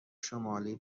شمالی